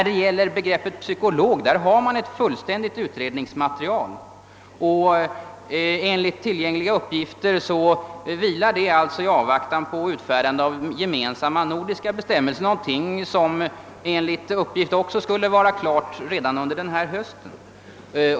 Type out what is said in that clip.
Beträffande begreppet psykolog har man däremot ett fullständigt utredningsmaterial, och enligt tillgängliga uppgifter vilar frågan alltså i avvaktan på gemensamma nordiska bestämmelser, någonting som enligt uppgift också skulle bli klart under innevarande höst.